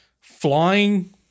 flying